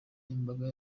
imbaga